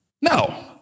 No